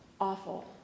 Awful